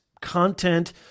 content